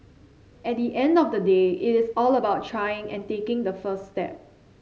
at the end of the day it is all about trying and taking the first step